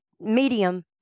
medium